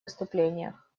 выступлениях